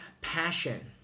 passion